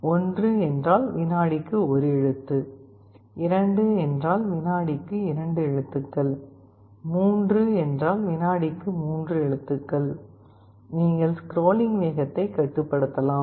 1 என்றால் வினாடிக்கு 1 எழுத்து 2 என்றால் வினாடிக்கு 2 எழுத்துக்கள் 3 என்றால் வினாடிக்கு 3 எழுத்துகள் நீங்கள் ஸ்க்ரோலிங் வேகத்தை கட்டுப்படுத்தலாம்